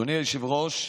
אדוני היושב-ראש,